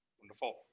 Wonderful